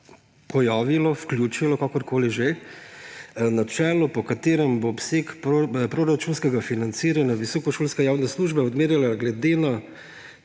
pojavilo, vključilo, kakorkoli že, načelo, po katerem bo obseg proračunskega financiranja visokošolske javne službe odmerjen glede